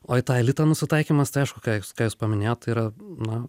o į tą elitą nusitaikymas tai aišku ką jūs ką jūs paminėjot tai yra na